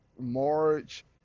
March